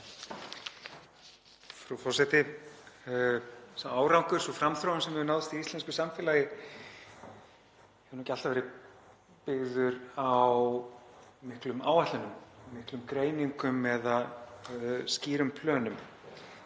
Frú forseti. Sá árangur, sú framþróun sem hefur náðst í íslensku samfélagi hefur nú ekki alltaf verið byggð á miklum áætlunum, miklum greiningum eða skýrum plönum.